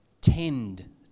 tend